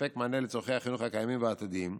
לספק מענה לצורכי החינוך הקיימים והעתידיים.